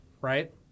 right